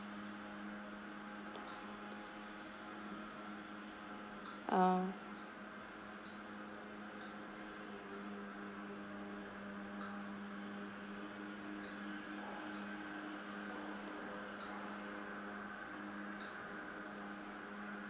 uh